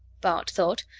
bart thought,